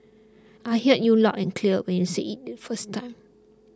I heard you loud and clear when you said it the first time